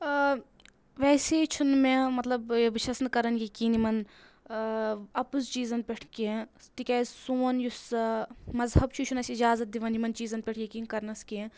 ویٚسے چھُنہٕ مےٚ مطلب بہٕ چھَس نہٕ کَرَان یَقیٖن یِمَن اَپُز چیٖزَن پؠٹھ کینٛہہ تِکیازِ سون یُس مذہَب چھُ یہِ چھُنہٕ اَسہِ اِجازت دِوان یِمَن چیٖزَن پؠٹھ یقیٖن کَرنَس کینٛہہ